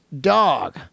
Dog